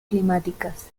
climáticas